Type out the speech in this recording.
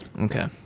okay